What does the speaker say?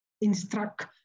instruct